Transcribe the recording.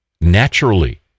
naturally